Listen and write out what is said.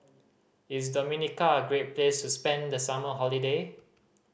is Dominica a great place to spend the summer holiday